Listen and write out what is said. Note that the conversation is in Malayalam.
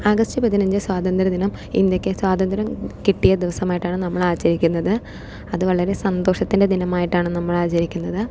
ആഗസ്റ്റ് പതിനഞ്ച് സ്വാതന്ത്ര്യ ദിനം ഇന്ത്യയ്ക്ക് സ്വാതന്ത്ര്യം കിട്ടിയ ദിവസമായിട്ടാണ് നമ്മൾ ആചരിക്കുന്നത് അത് വളരെ സന്തോഷത്തിൻ്റെ ദിനമായിട്ടാണ് നമ്മൾ ആചരിക്കുന്നത്